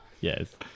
Yes